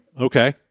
Okay